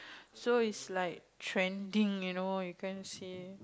so is like trending you know you can see